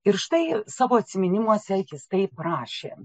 ir štai savo atsiminimuose jis taip rašė